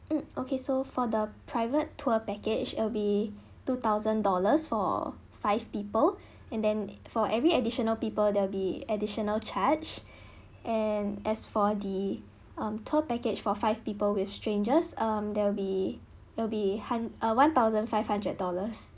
mm okay so for the private tour package it'll be two thousand dollars for five people and then for every additional people there'll be additional charge and as for the um tour package for five people with strangers um there'll be it'll be hun~ uh one thousand five hundred dollars